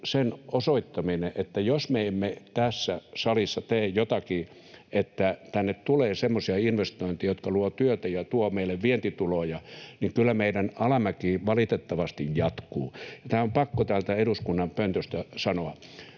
sen osoittaminen, että jos me emme tässä salissa tee jotakin, niin että tänne tulee semmoisia investointeja, jotka luovat työtä ja tuovat meille vientituloja, niin kyllä meidän alamäki valitettavasti jatkuu. Tämä on pakko täältä eduskunnan pöntöstä sanoa.